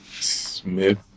Smith